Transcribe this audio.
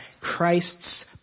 Christ's